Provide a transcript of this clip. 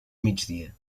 migdia